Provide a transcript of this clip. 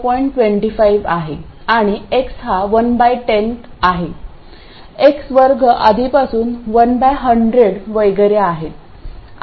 25 आहे आणि x हा 110 आहे x वर्ग आधीपासून 1100 वगैरे आहे